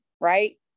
right